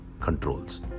controls